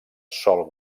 sol